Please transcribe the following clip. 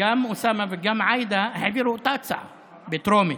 גם אוסאמה וגם עאידה העבירו את אותה הצעה בטרומית.